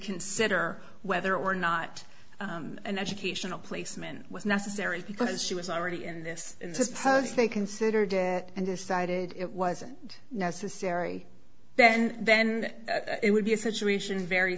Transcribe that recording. consider whether or not an educational placement was necessary because she was already in this post they considered and decided it wasn't necessary and then that it would be a situation very